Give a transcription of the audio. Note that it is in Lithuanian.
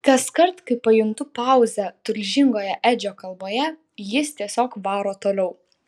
kaskart kai pajuntu pauzę tulžingoje edžio kalboje jis tiesiog varo toliau